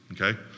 Okay